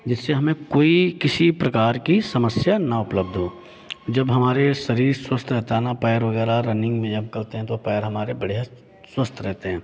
जिससे हमें कोई किसी प्रकार की समस्या ना उपलब्ध हो जब हमारे शरीर स्वस्थ रहता ना पैर वगैरह रनिंग जब करते हैं तब पैर हमारे बढ़िया स्वस्थ रहते हैं